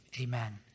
amen